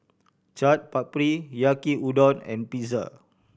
Chaat Papri Yaki Udon and Pizza